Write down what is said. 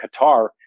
Qatar